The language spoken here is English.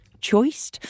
choice